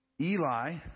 Eli